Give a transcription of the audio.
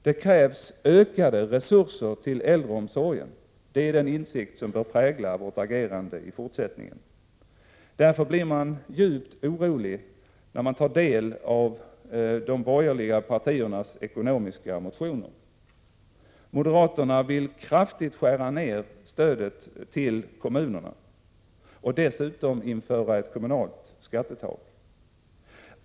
Det krävs ökade resurser till äldreomsorgen. Den insikten bör prägla vårt agerande i fortsättningen. Därför blir man djupt orolig när man tar del av de borgerliga partiernas ekonomisk-politiska motioner. Moderaterna vill kraftigt skära ned stödet till kommunerna och dessutom införa ett kommunalt skattetak.